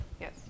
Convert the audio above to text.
Yes